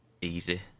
Easy